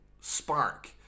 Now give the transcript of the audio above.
spark